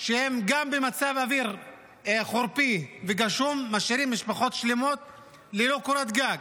שגם במזג אוויר חורפי וגשום משאירים משפחות שלמות ללא קורת גג.